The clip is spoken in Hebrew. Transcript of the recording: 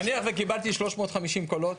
נניח וקיבלתי 350 קולות,